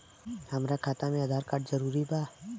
हमार खाता में आधार कार्ड जरूरी बा?